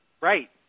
Right